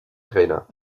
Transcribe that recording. trainer